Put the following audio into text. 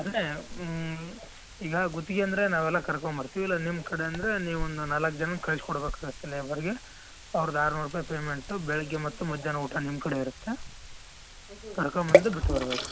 ಎರಡೇ ಈಗ ಗುತ್ಗೆ ಅಂದ್ರೆ ನಾವೆಲ್ಲ ಕರ್ಕೊಂಡ್ಬರ್ತೀವಿ ಇಲ್ಲ ನಿಮ್ಮ ಕಡೆಯಂದ್ರೆ ನೀವೊಂದು ನಾಲ್ಕು ಜನ ಕಳ್ಸಿ ಕೊಡ್ಬೇಕಾಗುತ್ತೆ ಲೇಬರ್ಗೆ ಅವ್ರ್ದು ಆರ್ನೂರು ರೂಪಾಯಿ ಪೇಮೆಂಟು ಬೆಳಗ್ಗೆ ಮತ್ತು ಮಧ್ಯಾಹ್ನ ಊಟ ನಿಮ್ಮ ಕಡೆ ಇರುತ್ತೆ ಕರ್ಕೊಂಡ್ಬಂದು ಬಿಟ್ಟಿರ್ಬೇಕು